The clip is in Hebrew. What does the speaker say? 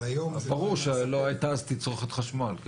ברור שלא הייתה אז תצרוכת חשמל.